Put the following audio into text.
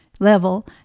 level